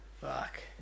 Fuck